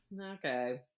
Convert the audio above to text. okay